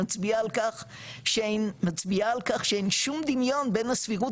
מצביע על כך שאין שום דמיון בין הסבירות